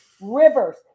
Rivers